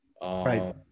Right